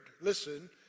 listen